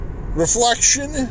reflection